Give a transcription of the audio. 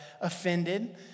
offended